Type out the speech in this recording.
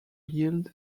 yield